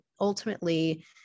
ultimately